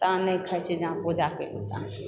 ता नहि खाइत छी जा पूजा केलहुँ ता धरि